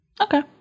Okay